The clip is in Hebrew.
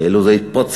כאילו זה התפוצץ